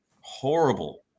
horrible